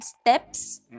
steps